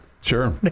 Sure